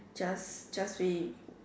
just just see